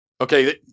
Okay